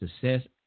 Success